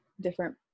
different